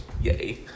yay